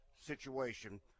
situation